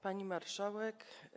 Pani Marszałek!